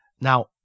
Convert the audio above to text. Now